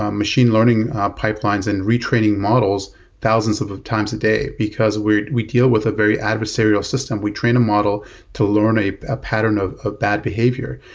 um machine learning pipelines and retraining models thousands of of times a day because we we deal with a very adversarial system. we train a model to learn a a pattern of of bad behavior.